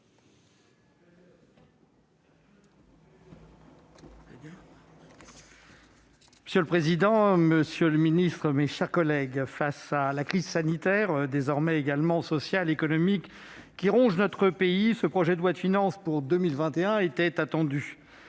Monsieur le président, monsieur le ministre, mes chers collègues, face à la crise sanitaire, désormais également sociale et économique, qui ronge notre pays, ce projet de loi de finances pour 2021 était attendu,